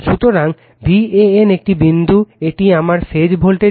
সুতরাং VAN এই বিন্দু এটি আমার ফেজ ভোল্টেজ